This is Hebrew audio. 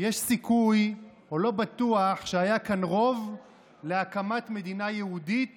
יש סיכוי או לא בטוח שהיה כאן רוב להקמת מדינה יהודית